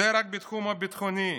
זה רק בתחום הביטחוני.